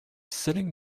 sitting